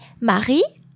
Marie